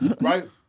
right